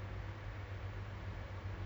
polar opposite of you